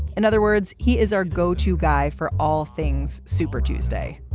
in other words, he is our go to guy for all things super tuesday.